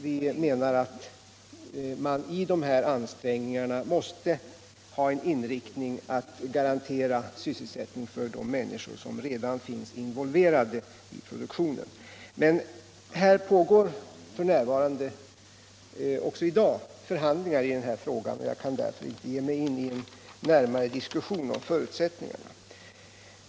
Vi menar att man i dessa ansträngningar måste ha inriktningen att garantera sysselsättning för de människor som redan finns involverade i produktionen. Men här pågår också i dag förhandlingar i denna fråga, och jag kan därför inte ge mig in i någon närmare diskussion om förutsättningarna.